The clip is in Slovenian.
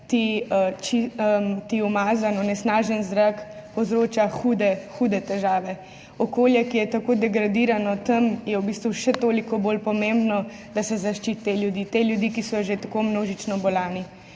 ti umazan, onesnažen zrak povzroča hude hude težave. Okolje, ki je tako degradirano, tam je v bistvu še toliko bolj pomembno, da se zaščiti te ljudi, te ljudi, ki so že tako množično bolni.